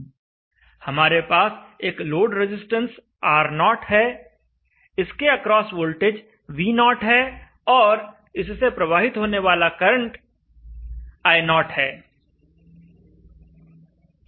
हमारे पास एक लोड रजिस्टेंस R0 है इसके अक्रॉस वोल्टेज V0 और इससे प्रवाहित होने वाला करंट I0 है